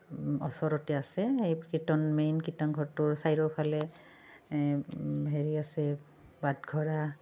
ওচৰতে আছে সেই কীৰ্তন মেইন কীৰ্তন ঘৰটোৰ চাৰিওফালে এই হেৰি আছে বাটঘৰা